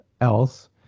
else